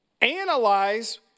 analyze